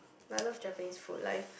I love Japanese food like